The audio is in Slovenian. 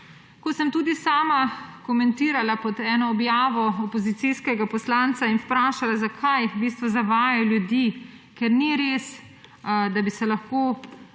Ko sem tudi sama komentirala eno objavo opozicijskega poslanca in vprašala, zakaj v bistvu zavaja ljudi, ker ni res, da bi se lahko